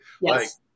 Yes